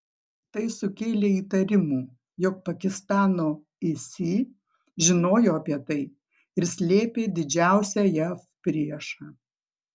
tai sukėlė įtarimų jog pakistano isi žinojo apie tai ir slėpė didžiausią jav priešą